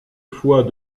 fois